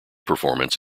performance